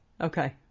okay